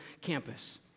campus